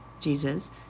Jesus